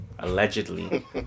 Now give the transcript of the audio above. Allegedly